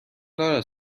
دارد